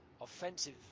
offensive